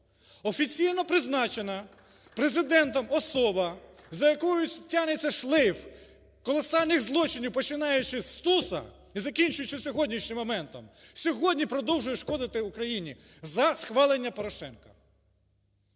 Офіційно призначена Президентом особа, за якою тягнеться шлейф колосальних злочинів, починаючи зі Стуса і закінчуючи сьогоднішнім моментом, сьогодні продовжує шкодити Україні, за схвалення Порошенка.